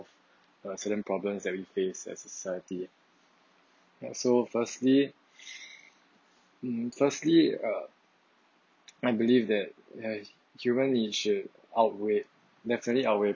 uh certain problems that we face as a society ya so firstly firstly uh I believe that ya human should outweigh definitely outweigh